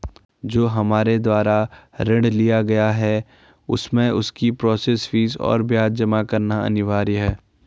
जो हमारे द्वारा ऋण लिया गया है उसमें उसकी प्रोसेस फीस और ब्याज जमा करना अनिवार्य है?